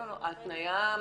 ההתניה,